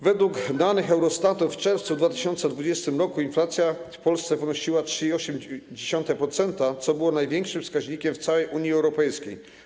Według danych Eurostatu w czerwcu 2020 r. inflacja w Polsce wynosiła 3,8%, co było największym wskaźnikiem w całej Unii Europejskiej.